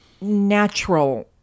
natural